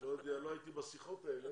לא הייתי בשיחות האלה.